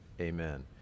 amen